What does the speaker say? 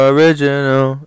Original